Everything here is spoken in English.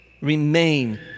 remain